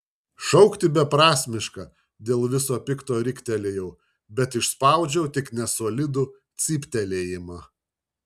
šaukti beprasmiška dėl viso pikto riktelėjau bet išspaudžiau tik nesolidų cyptelėjimą